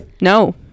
no